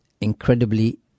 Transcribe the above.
incredibly